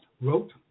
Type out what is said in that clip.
wrote